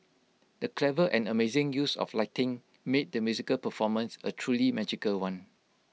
the clever and amazing use of lighting made the musical performance A truly magical one